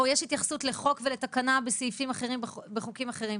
או יש התייחסות לחוק ולתקנה בסעיפים אחרים בחוקים אחרים.